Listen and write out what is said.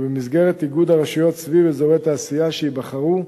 ובמסגרת איגוד הרשויות סביב אזורי תעשייה שייבחרו,